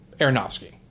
Aronofsky